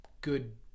good